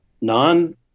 non